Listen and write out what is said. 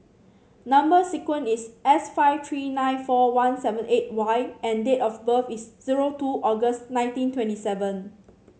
number sequence is S five three nine four one seven eight Y and date of birth is zero two August nineteen twenty seven